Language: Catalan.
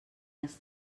les